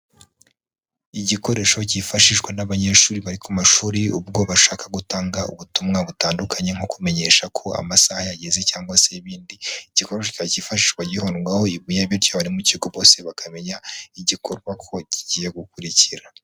Igikoresho kifashishwa n'abanyeshuri bari ku mashuri ubwo bashaka gutanga ubutumwa butandukanye nko kumenyesha ko amasaha yageze cyangwa se ibindi. Iki gikoresho kikaba kifashishwa gihondwaho ibuye. Bityo abari mu kigo bose bakamenya igikorwa ko kigiye gukurikira.